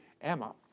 Emma